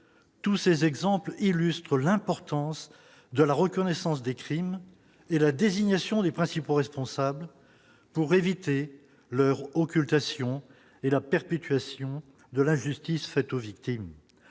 tous ces exemples l'illustrent l'importance de la reconnaissance des crimes et la désignation des principaux responsables pour éviter leur occultation et la perpétuation de l'injustice faite aux victimes,